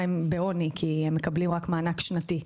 הם בעוני כי הם מקבלים רק מענק שנתי.